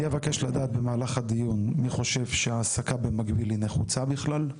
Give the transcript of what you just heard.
אני אבקש לדעת במהלך הדיון מי חושב שהעסקה במקביל היא נחוצה בכלל,